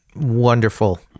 wonderful